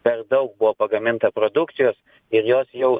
per daug buvo pagaminta produkcijos ir jos jau